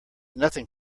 nothing